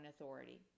authority